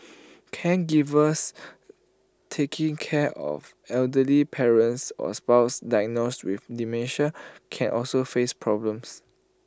caregivers taking care of elderly parents or spouses diagnosed with dementia can also face problems